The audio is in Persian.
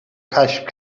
کشف